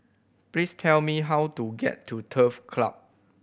please tell me how to get to Turf Club